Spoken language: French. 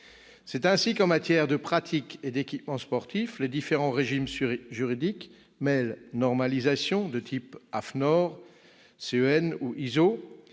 C'est ainsi qu'en matière de pratiques et d'équipements sportifs les différents régimes juridiques mêlent normalisation, de type AFNOR, CEN ou ISO,